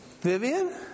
Vivian